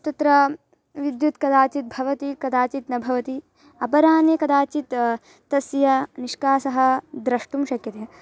तत्र विद्युत् कदाचित् भवति कदाचित् न भवति अपराह्ने कदाचित् तस्याः निष्कासः द्रष्टुं शक्यते